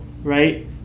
Right